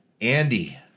andy